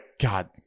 God